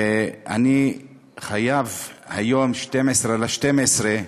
אני חייב, היום 12 בדצמבר,